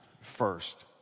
first